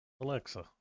Alexa